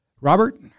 Robert